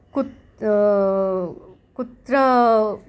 कुत् कुत्र